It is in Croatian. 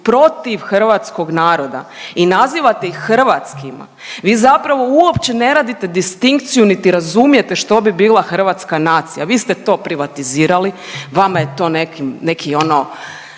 protiv hrvatskog naroda i nazivate ih hrvatskima. Vi zapravo uopće ne radite distinkciju, niti razumijete što bi bila hrvatska nacija, vi ste to privatizirali, vama je to neki ono